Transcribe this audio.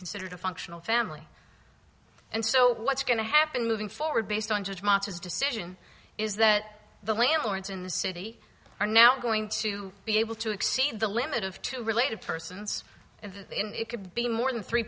considered a functional family and so what's going to happen moving forward based on judgment as decision is that the landlords in the city are now going to be able to exceed the limit of two related persons and it could be more than three